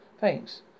Thanks